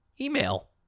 email